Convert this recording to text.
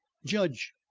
judge,